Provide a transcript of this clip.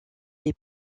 les